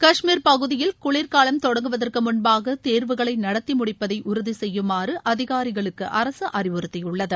கஷ்மீர் பகுதியில் குளிர் காலம் தொடங்குவதற்கு முன்பாக தேர்வுகளை நடத்தி முடிப்பதை உறுதி செய்யுமாறு அதிகாரிகளுக்கு அரசு அறிவுறத்தியுள்ளது